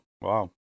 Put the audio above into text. wow